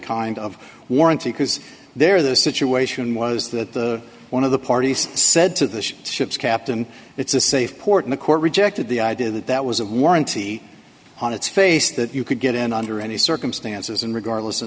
kind of warranty because there the situation was that one of the parties said to the ship's captain it's a safe port in the court rejected the idea that that was a warranty on its face that you could get in under any circumstances and regardless